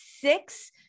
six